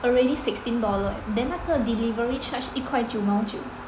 already sixteen dollar eh then 那个 delivery charge 一块九毛九